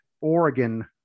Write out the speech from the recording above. Oregon